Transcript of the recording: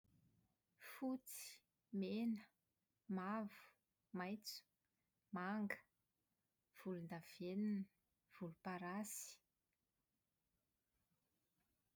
Fotsy, mena, mavo, maitso, manga volondavenona, volomparasy.